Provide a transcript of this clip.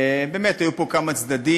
באמת היו פה כמה צדדים,